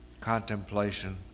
contemplation